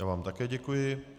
Já vám také děkuji.